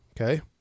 Okay